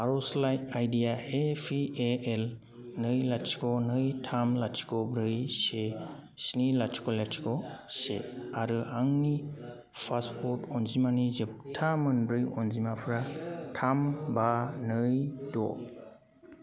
आर'जलाइ आइडि आ ए पि ए एल नै लाथिख' नै थाम लाथिख' ब्रै से स्नि लाथिख' लाथिख' से आरो आंनि पासफर्ट अनजिमानि जोबथा मोनब्रै अनजिमाफोरा थाम बा नै द'